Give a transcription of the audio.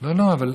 לא, לא.